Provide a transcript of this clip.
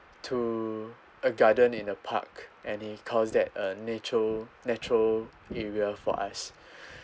to a garden in the park and he calls that a nature natural area for us